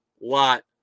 lot